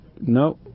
No